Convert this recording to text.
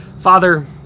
Father